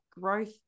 growth